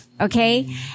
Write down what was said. Okay